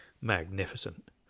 magnificent